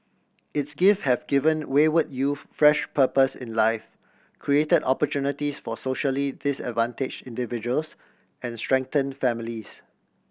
its gift have given wayward youth fresh purpose in life create opportunities for socially disadvantage individuals and strengthen families